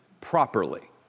properly